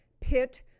pit